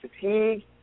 fatigue